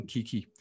Kiki